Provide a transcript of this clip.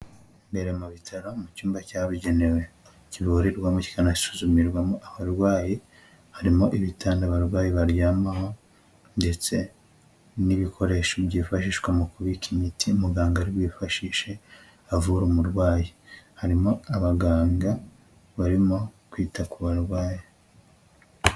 Imbere mu bitaro, mu cyumba cyabugenewe kivurirwamo kikanasuzumirwamo abarwayi, harimo ibitanda abarwayi baryamaho ndetse n'ibikoresho byifashishwa mu kubika imiti, muganga ari bwifashishe avura umurwayi, harimo abaganga barimo kwita ku barwayi.